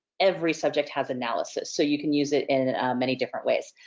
every subject has analysis. so you can use it in many different ways.